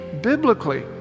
biblically